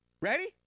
Ready